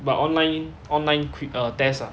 but online online quic~ test ah